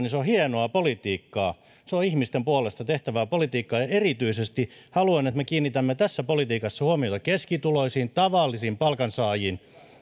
sen hienompaa politiikkaa se on ihmisten puolesta tehtävää politiikkaa erityisesti haluan että me kiinnitämme tässä politiikassa huomiota keskituloisiin tavallisiin palkansaajiin